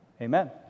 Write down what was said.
Amen